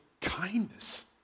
kindness